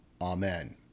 Amen